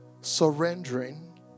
Surrendering